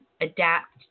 adapt